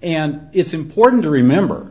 and it's important to remember